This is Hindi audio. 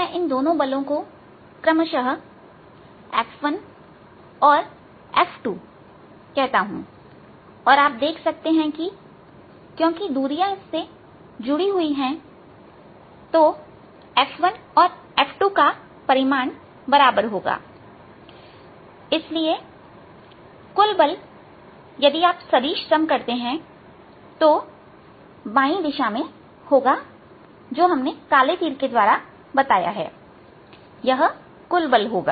मैं इन दोनों बलों को क्रमशः F1 और F2 कहता हूं और आप देख सकते हैं कि क्योंकि दूरियां इससे जुड़ी हुई हैं तो F1 और F2 का परिमाण बराबर होगा और इसलिए कुल बल यदि आप सदिश सम करते हैं तो बाई दिशा में होगा जो काले तीर के द्वारा बताई गई है यह कुल बल होगा